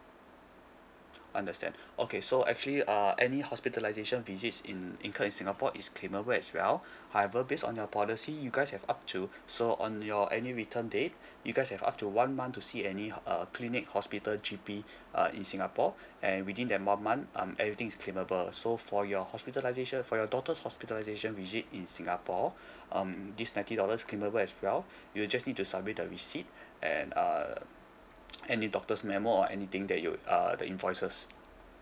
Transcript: understand okay so actually uh any hospitalisation visits in incurred in singapore is claimable as well however based on our policy you guys have up to so on your any return date you guys have up to one month to see any uh clinic hospital G_P uh in singapore and within that one month um everything is claimable so for your hospitalisation for your daughter's hospitalisation visit in singapore um this ninety dollars claimable as well you'll just need to submit the receipt and err any doctor's memo or anything that you err the invoices